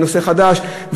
נושא חדש,